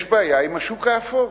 יש בעיה עם השוק האפור.